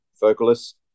vocalist